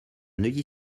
neuilly